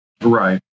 Right